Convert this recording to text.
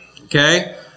Okay